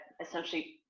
essentially